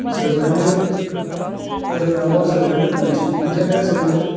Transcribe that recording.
जोबोरैनो फोरोंनांगौआ जोबोरैनो गोनांथि बिनिखायनो जोङो